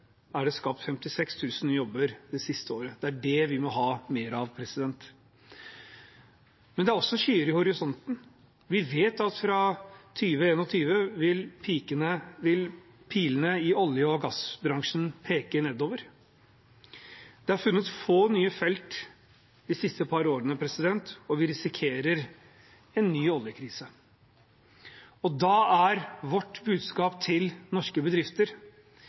er det skapt 56 000 nye jobber siste året. Det er det vi må ha mer av. Men det er også skyer i horisonten. Vi vet at fra 2021 vil pilene i olje- og gassbransjen peke nedover. Det er funnet få nye felt de siste par årene, og vi risikerer en ny oljekrise. Da er vårt budskap til norske bedrifter: